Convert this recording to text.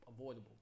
avoidable